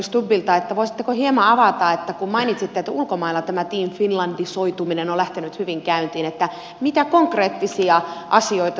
voisitteko hieman avata kun mainitsitte että ulkomailla tämä teamfinlandisoituminen on lähtenyt hyvin käyntiin mitä konkreettisia asioita siinä on